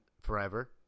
forever